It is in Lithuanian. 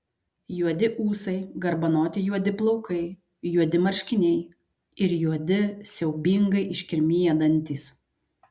juodi ūsai garbanoti juodi plaukai juodi marškiniai ir juodi siaubingai iškirmiję dantys